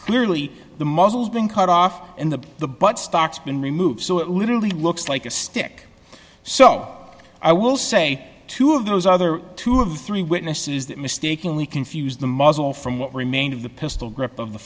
clearly the muscles being cut off and the the butt stocks been removed so it literally looks like a stick so i will say two of those other two of the three witnesses that mistakenly confuse the muzzle from what remained of the pistol grip of the